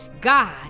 god